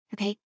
Okay